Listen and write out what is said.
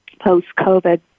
post-COVID